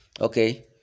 Okay